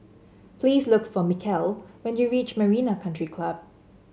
please look for Michel when you reach Marina Country Club